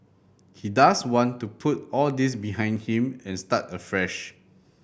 he does want to put all this behind him and start afresh